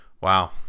Wow